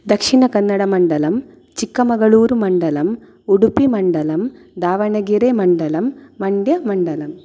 दक्षिणकन्नडमण्डलम् चिक्कमगलूरुमण्डलम् उडूपिमण्डलम् दावणगिरेमण्डलम् मण्ड्यमण्डलम्